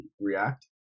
React